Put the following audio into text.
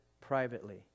privately